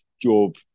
Job